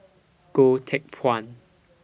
Goh Teck Phuan